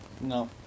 No